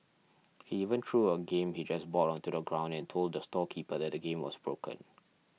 he even threw a game he just bought onto the ground and told the storekeeper that the game was broken